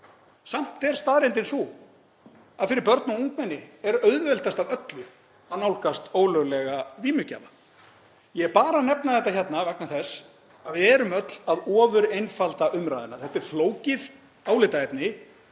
Samt er staðreyndin sú að fyrir börn og ungmenni er auðveldast af öllu að nálgast ólöglega vímugjafa. Ég er bara að nefna þetta hérna vegna þess að við erum öll að ofureinfalda umræðuna. Þetta er flókið álitaefni